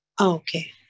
Okay